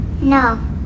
No